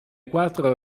quattro